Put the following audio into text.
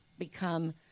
become